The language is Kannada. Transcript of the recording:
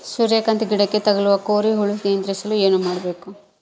ಸೂರ್ಯಕಾಂತಿ ಗಿಡಕ್ಕೆ ತಗುಲುವ ಕೋರಿ ಹುಳು ನಿಯಂತ್ರಿಸಲು ಏನು ಮಾಡಬೇಕು?